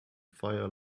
fire